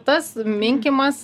tas minkymas